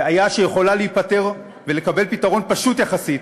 בעיה שיכולה להיפתר ולקבל פתרון פשוט יחסית